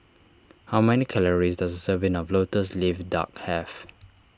how many calories does serving of Lotus Leaf Duck have